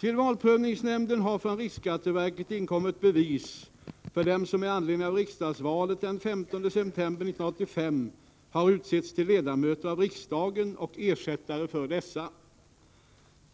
Till valprövningsnämnden har från riksskatteverket inkommit bevis för dem som med anledning av riksdagsvalet den 15 september 1985 har utsetts till ledamöter av riksdagen och ersättare för dessa.